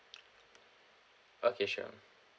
okay sure